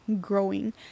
growing